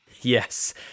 Yes